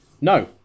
No